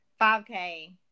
5K